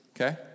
Okay